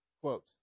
quote